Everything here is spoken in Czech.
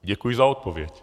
Děkuji za odpověď.